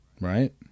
Right